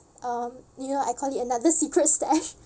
um you know I call it another secret stash